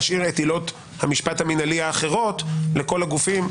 ולהשאיר את עילות המשפט המנהלי האחרות לכל הגופים,